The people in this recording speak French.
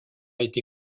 été